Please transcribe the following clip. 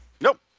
Nope